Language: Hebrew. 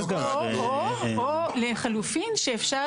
או לחלופין שאפשר להזיז אותם.